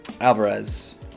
Alvarez